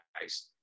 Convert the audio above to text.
guys